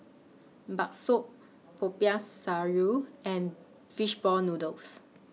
Bakso Popiah Sayur and Fishball Noodles